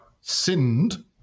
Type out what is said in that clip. sinned